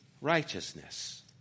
righteousness